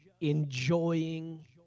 enjoying